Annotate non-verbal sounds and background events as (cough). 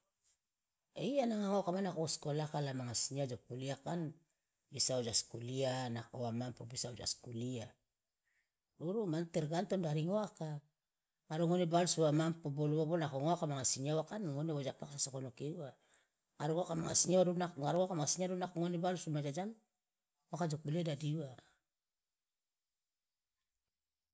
(noise) iya nanga ngoaka mane nako woskolaka la manga sinyia jo kulia kan bisa wojaskulia nako wa mampo bisa wojaskulia duru mane tergantung dari ngoaka ngaro ngone balusu wa mampo bolo uwa bolo uwa nako ngoaka manga sinyia uwa kan ngone woja paksa so konoke uwa ngaro ngoaka manga singia uwa duru nako ngaro uwa nako ngone balusu mi majajano ngoaka jo kulia idadi uwa.